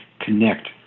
connect